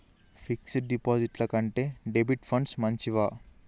Fix డ్ డిపాజిట్ల కంటే డెబిట్ ఫండ్స్ మంచివా?